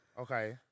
okay